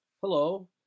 Hello